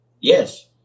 Yes